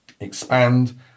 expand